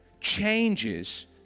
changes